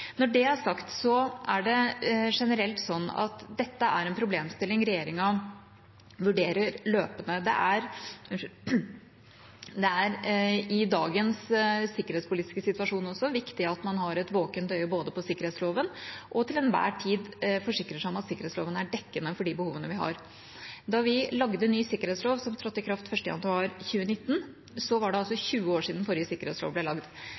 Når det er sagt, er det generelt sånn at dette er en problemstilling regjeringa vurderer løpende. Det er i dagens sikkerhetspolitiske situasjon også viktig at man både har et våkent øye på sikkerhetsloven og til enhver tid forsikrer seg om at sikkerhetsloven er dekkende for de behovene vi har. Da vi lagde ny sikkerhetslov, som trådte i kraft 1. januar 2019, var det 20 år siden forrige sikkerhetslov ble lagd.